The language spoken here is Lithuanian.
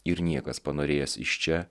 ir niekas panorėjęs iš čia